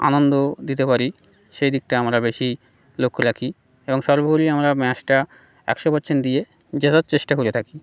আনন্দ দিতে পারি সেই দিকটা আমরা বেশি লক্ষ্য রাখি এবং সর্বপরি আমরা ম্যাাচটা একশো পারসেন্ট দিয়ে যেতার চেষ্টা করে থাকি